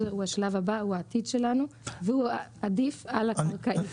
הוא השלב הבא; הוא העתיד שלנו; והוא עדיף על הקרקעי.